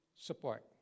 support